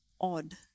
odd